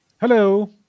Hello